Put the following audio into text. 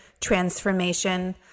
transformation